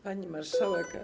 Pani Marszałek!